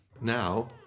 now